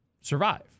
survive